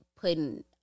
putting